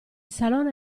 salone